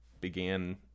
began